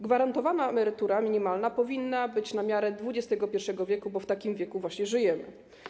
Gwarantowana emerytura minimalna powinna być na miarę XXI wieku, bo w takim wieku właśnie żyjemy.